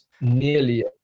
nearly